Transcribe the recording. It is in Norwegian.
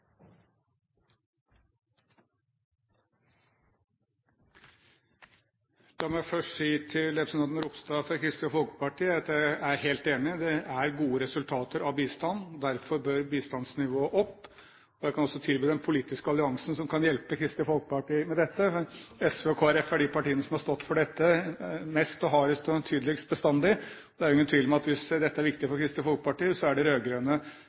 La meg først si til representanten Ropstad fra Kristelig Folkeparti at jeg er helt enig. Bistand gir gode resultater. Derfor bør bistandsnivået opp. Jeg kan også tilby den politiske alliansen som kan hjelpe Kristelig Folkeparti med dette, for SV og Kristelig Folkeparti er jo de partiene som har stått for dette mest, hardest og tydeligst bestandig. Og det er jo ingen tvil om at hvis dette er viktig for Kristelig Folkeparti, så er det